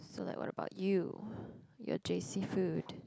so like what about you your J_C food